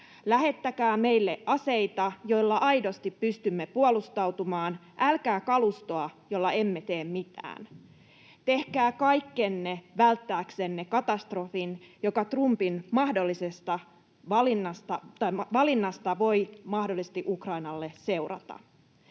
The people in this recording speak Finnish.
Lähettäkää meille aseita, joilla aidosti pystymme puolustautumaan, älkää kalustoa, jolla emme tee mitään. Tehkää kaikkenne välttääksenne katastrofin, joka Trumpin valinnasta voi mahdollisesti Ukrainalle seurata.”